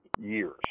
years